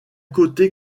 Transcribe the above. côté